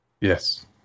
Yes